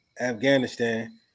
Afghanistan